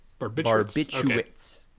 Barbiturates